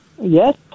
Yes